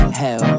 hell